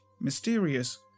mysterious